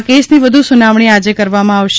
આ કેસની વધુ સુનાવણી આજે કરવામાં આવશે